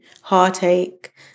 heartache